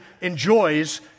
enjoys